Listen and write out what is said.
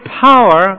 power